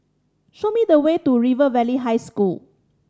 show me the way to River Valley High School